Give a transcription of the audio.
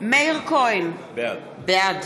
מאיר כהן, בעד